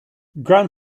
ground